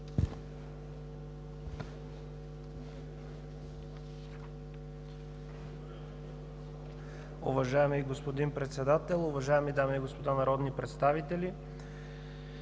Уважаеми господин Председател, уважаеми дами и господа народни представители!